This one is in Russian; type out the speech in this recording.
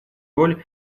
роль